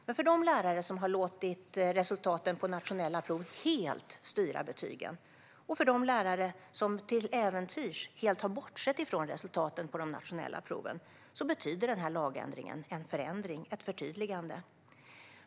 Men för de lärare som har låtit resultaten på nationella prov styra betygen helt, och för de lärare som till äventyrs helt har bortsett från resultaten på de nationella proven betyder den här lagändringen en förändring, ett förtydligande.